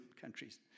countries